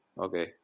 Okay